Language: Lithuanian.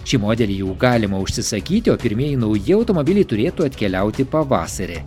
šį modelį jau galima užsisakyti o pirmieji nauji automobiliai turėtų atkeliauti pavasarį